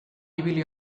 ibili